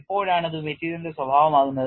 എപ്പോഴാണ് അത് മെറ്റീരിയലിന്റെ സ്വഭാവമാകുന്നത്